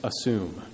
assume